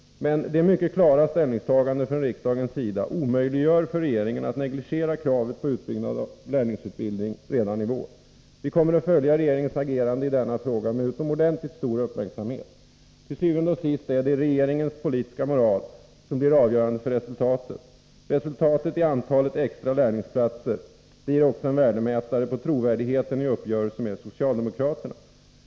Men det mycket klara ställningstagandet från riksdagens sida omöjliggör för regeringen att negligera kravet på utbyggnad av lärlingsutbildningen redan i vår. Vi kommer att följa regeringens agerande i denna fråga med utomordentligt stor uppmärksamhet. Til syvende og sidst är det regeringens politiska moral som blir avgörande för resultatet. Resultatet i antalet extra lärlingsplatser blir också en värdemätare på trovärdigheten i uppgörelser med socialdemokraterna.